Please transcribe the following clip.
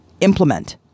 implement